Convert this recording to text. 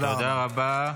תודה רבה.